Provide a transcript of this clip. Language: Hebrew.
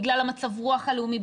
בגלל מצב הרוח הלאומי,